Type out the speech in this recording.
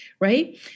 right